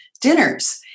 dinners